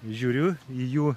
žiūriu į jų